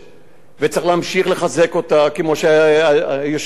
צריך להמשיך לחזק אותה, כמו שהיושב-ראש אמר.